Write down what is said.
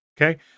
okay